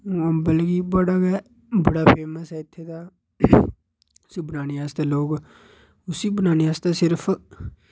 अम्बल बड़ा बड़ा गै फेमस ऐ इत्थें दा ते उसी बनाने आस्तै लोग उसी बनाने आस्तै सिर्फ